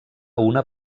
una